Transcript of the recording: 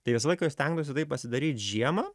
tai visą laiką stengosi tai pasidaryt žiemą